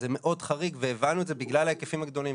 זה מאוד חריג, והבנו את זה בגלל ההיקפים הגדולים.